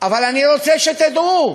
אבל אני רוצה שתדעו: